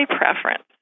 preference